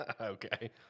okay